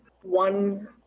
One